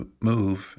move